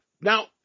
Now